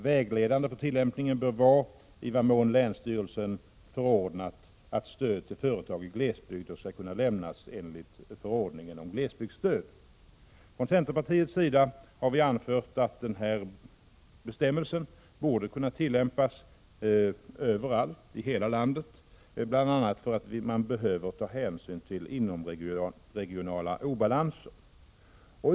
Vägledande för tillämpningen bör vara i vad mån länsstyrelsen förordnat att stöd till företag i glesbygder skall kunna lämnas enligt förordningen om glesbygdsstöd.” Från centerpartiets sida har vi anfört att denna bestämmelse borde kunna tillämpas i hela landet, bl.a. därför att man behöver ta hänsyn till inomregionala obalanser.